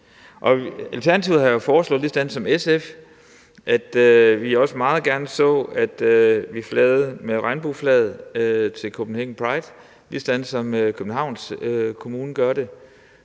Alternativet har jo ligesom SF foreslået, at vi også meget gerne så, at vi flagede med regnbueflaget til Copenhagen Pride, ligesom Københavns Kommune gør det.